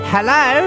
Hello